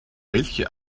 welche